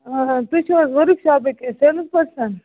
آ تُہۍ چھِو حظ ؤرٕک شوپٕکۍ سیلٕز پٔرسَن